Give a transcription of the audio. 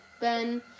Ben